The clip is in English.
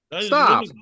Stop